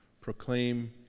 Proclaim